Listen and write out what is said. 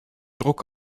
druck